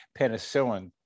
penicillin